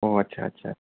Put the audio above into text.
औ आदसा आदसा